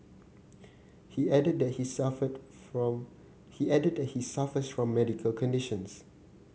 he added that he suffered from he added that he suffers from medical conditions